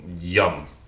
yum